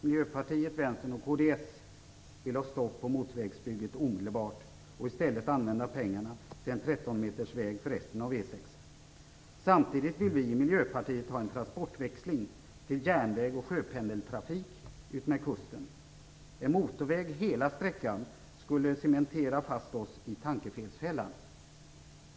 Miljöpartiet, Vänstern och kds vill ha ett omedelbart stopp på motorvägsbygget och i stället använda pengarna till en Samtidigt vill vi i Miljöpartiet ha en transportväxling till järnväg och sjöpendeltrafik utmed kusten. En motorväg på hela sträckan skulle cementera fast oss i tankefelsfällan.